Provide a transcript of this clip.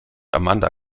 amanda